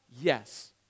Yes